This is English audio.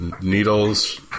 Needles